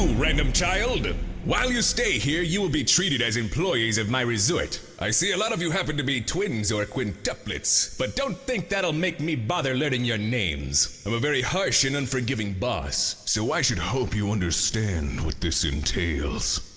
random child! and while you stay here, you will be treated as employees of my resort. i see a lot of you happen to be twins or quintuplets, but don't think that'll make me bother learning your names. i'm a very harsh and unforgiving boss. so i should hope you understand what this entails.